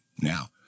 Now